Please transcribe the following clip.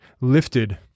lifted